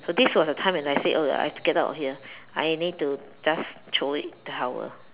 so this was the time when I said oh I have to go out of here I need to just throw in the towel